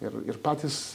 ir ir patys